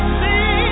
see